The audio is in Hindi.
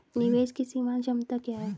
निवेश की सीमांत क्षमता क्या है?